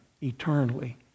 eternally